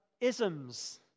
isms